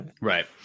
Right